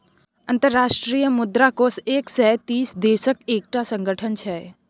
अंतर्राष्ट्रीय मुद्रा कोष एक सय तीस देशक एकटा संगठन छै